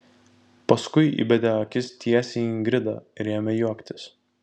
paskui įbedė akis tiesiai į ingridą ir ėmė juoktis